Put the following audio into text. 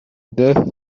death